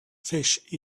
fish